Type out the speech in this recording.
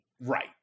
right